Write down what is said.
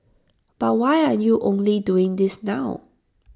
but why are you only doing this now